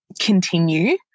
continue